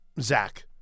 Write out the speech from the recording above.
Zach